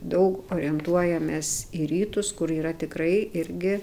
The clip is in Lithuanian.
daug orientuojamės į rytus kur yra tikrai irgi